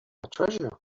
treasure